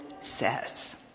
says